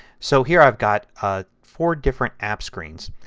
so here i've got ah four different app screens.